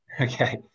Okay